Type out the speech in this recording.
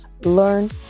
learn